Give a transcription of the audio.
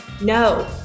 no